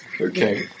okay